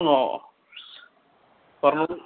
പറഞ്ഞോളു